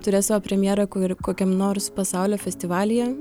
turės savo premjerą kur kokiam nors pasaulio festivalyje